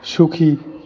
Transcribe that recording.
সুখী